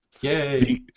Yay